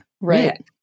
right